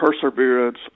perseverance